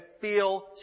feel